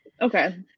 Okay